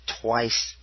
twice